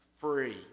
free